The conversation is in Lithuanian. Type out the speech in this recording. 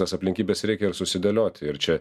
tas aplinkybes reikia susidėlioti ir čia